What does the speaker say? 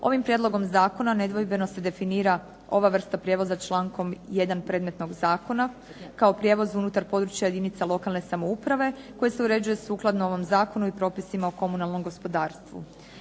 Ovim prijedlogom zakona nedvojbeno se definira ova vrsta prijevoza člankom 1. predmetnog zakona kao prijevoz unutar područja jedinica lokalne samouprave koji se uređuje sukladno ovom zakonu i propisima o komunalnom gospodarstvu.